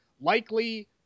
Likely